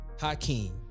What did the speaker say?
hakeem